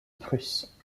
prusse